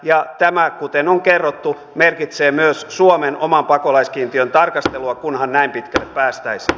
ja tämä kuten on kerrottu merkitsee myös suomen oman pakolaiskiintiön tarkastelua kunhan näin pitkälle päästäisiin